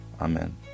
Amen